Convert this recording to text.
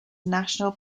national